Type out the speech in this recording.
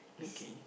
okay